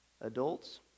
Adults